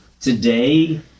today